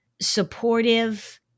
supportive